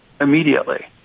immediately